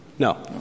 No